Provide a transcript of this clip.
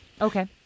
okay